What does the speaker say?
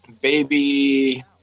baby